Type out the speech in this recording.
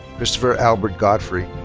christopher albert godfrey.